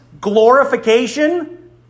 glorification